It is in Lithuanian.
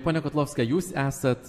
ponia kotlovska jūs esat